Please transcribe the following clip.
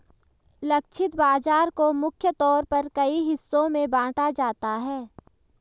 लक्षित बाजार को मुख्य तौर पर कई हिस्सों में बांटा जाता है